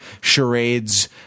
charades